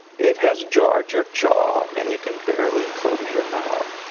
it has jarred your jaw and you can barely close your mouth.